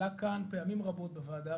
עלה כאן פעמים רבות בוועדה,